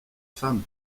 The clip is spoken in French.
femme